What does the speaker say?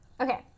Okay